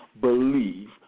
believe